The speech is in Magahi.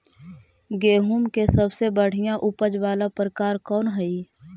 गेंहूम के सबसे बढ़िया उपज वाला प्रकार कौन हई?